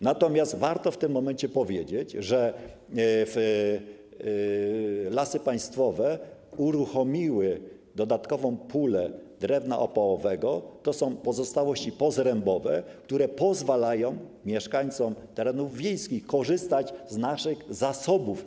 Natomiast warto w tym momencie powiedzieć, że Lasy Państwowe uruchomiły dodatkową pulę drewna opałowego, to są pozostałości pozrębowe, które pozwalają mieszkańcom terenów wiejskich korzystać z naszych zasobów.